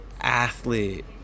Athlete